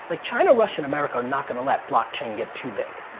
like, china, russia, and america are not going to let block chain get too big.